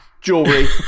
jewelry